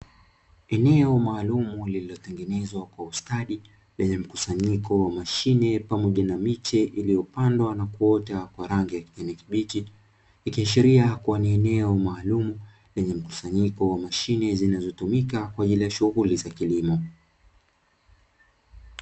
Eneo maalumu lililotengenezwa kwa ustadi lenye mkusanyiko wa mashine pamoja na miche iliyopandwa na kuota kwa rangi ya kijani kibichi, ikiashiria kuwa ni eneo maalumu lenye mkusanyiko wa mashine zinazotumika kwa ajili ya shughuli za kilimo.